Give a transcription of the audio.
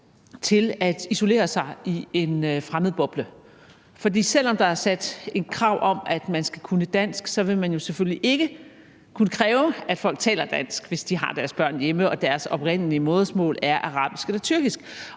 til at isolere sig i en fremmedboble. For selv om der er et krav om, at man skal kunne dansk, vil man selvfølgelig ikke kunne kræve, at folk taler dansk, hvis de har deres børn hjemme og deres oprindelige modersmål er arabisk eller tyrkisk.